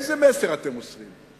איזה מסר אתם עושים?